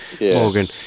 Morgan